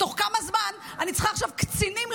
אני צריכה עכשיו קצינים,